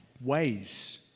ways